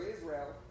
Israel